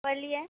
بولیے